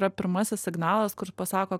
yra pirmasis signalas kur pasako